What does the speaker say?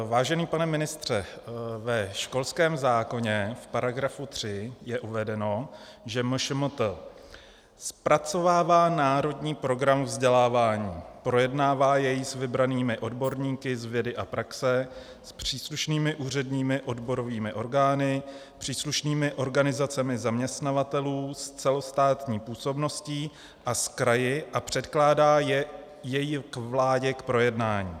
Vážený pane ministře, ve školském zákoně v § 3 je uvedeno, že MŠMT zpracovává Národní program vzdělávání, projednává jej s vybranými odborníky z vědy a praxe, s příslušnými ústředními odborovými orgány, příslušnými organizacemi zaměstnavatelů s celostátní působností a s kraji a předkládá jej vládě k projednání.